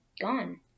gone